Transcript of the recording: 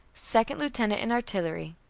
second-lieutenant in artillery.